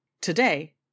Today